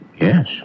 Yes